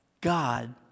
God